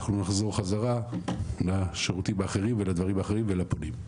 אנחנו נחזור חזרה לשירותים האחרים ולדברים האחרים ולפונים.